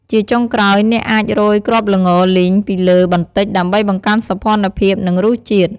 ជាចុងក្រោយ អ្នកអាចរោយគ្រាប់ល្ងលីងពីលើបន្តិច ដើម្បីបង្កើនសោភ័ណភាព និងរសជាតិ។